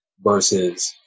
versus